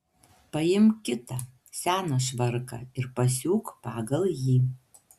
paimk kitą seną švarką ir pasiūk pagal jį